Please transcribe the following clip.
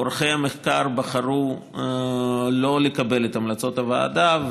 עורכי המחקר בחרו שלא לקבל את המלצות הוועדה,